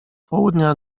południa